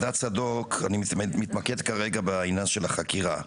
אני אתמקד כרגע בעניין של החקירה.